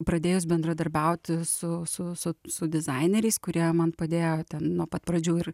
pradėjus bendradarbiauti su su su su dizaineriais kurie man padėjo nuo pat pradžių ir